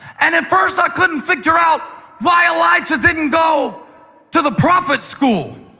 and at first i couldn't figure out why elijah didn't go to the prophet school.